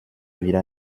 wieder